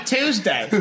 Tuesday